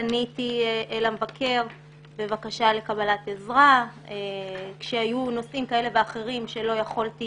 פניתי אל המבקר בבקשה לקבלת עזרה כשהיו נושאים כאלה ואחרים שלא יכולתי